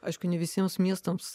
aišku ne visiems miestams